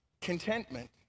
Contentment